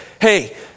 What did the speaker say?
hey